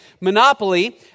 Monopoly